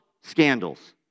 scandals